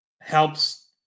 helps